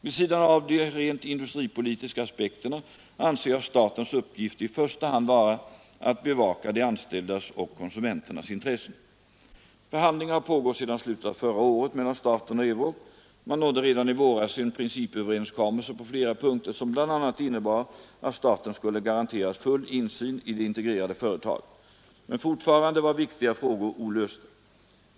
Vid sidan av de rent industripolitiska aspekterna anser jag statens uppgifter i första hand vara att bevaka de anställdas och konsumenternas intressen. Förhandlingar har pågått sedan slutet av förra året mellan staten och Euroc. Man nådde redan i våras en principöverenskommelse på flera punkter som bl.a. innebar att staten skulle garanteras full insyn i det integrerade företaget. Men fortfarande var viktiga frågor olösta.